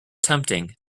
tempting